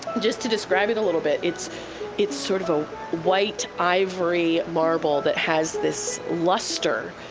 just to describe it a little bit, it's it's sort of of white ivory marble that has this luster.